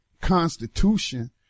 constitution